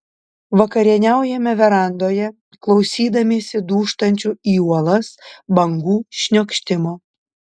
vakarieniaujame verandoje klausydamiesi dūžtančių į uolas bangų šniokštimo